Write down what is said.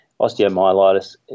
osteomyelitis